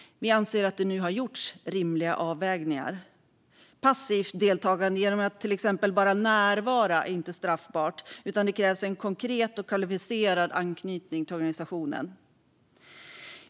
Vi anser att det nu har gjorts rimliga avvägningar. Passivt deltagande genom att till exempel bara närvara är inte straffbart, utan det krävs en konkret och kvalificerad anknytning till organisationen.